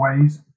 ways